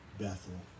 Bethel